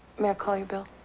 may i call you bill?